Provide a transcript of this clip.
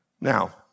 Now